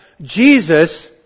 Jesus